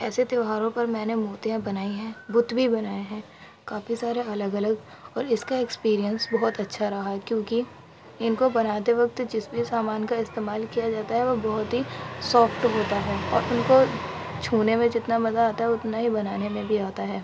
ایسے تیوہاروں پر میں نے مورتیاں بنائی ہیں بت بھی بنائے ہیں کافی سارے الگ الگ اور اس کا ایكسپرئنس بہت اچھا رہا ہے کیوں کہ ان کو بناتے وقت جس بھی سامان کا استعمال کیا جاتا ہے وہ بہت ہی سافٹ ہوتا ہے اور ان کو چھونے میں جتنا مزہ آتا ہے اتنا ہی بنانے میں بھی آتا ہے